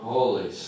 Holy